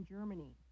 Germany